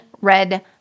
red